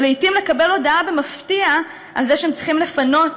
ולעתים לקבל הודעה במפתיע על זה שהם צריכים לפנות